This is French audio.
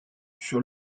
sur